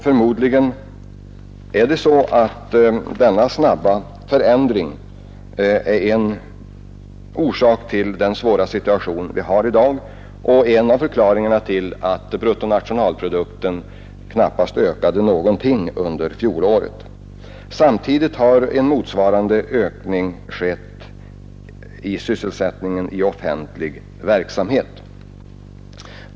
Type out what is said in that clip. Förmodligen är denna snabba förändring en av orsakerna till den svåra situation vi har i dag och en av förklaringarna till att bruttonationalprodukten knappast ökade någonting under fjolåret. Samtidigt har sysselsättningen i offentlig verksamhet ökat i motsvarande grad.